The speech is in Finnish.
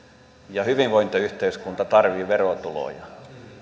ja hyvinvointiyhteiskunta tarvitsee verotuloja